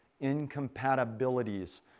incompatibilities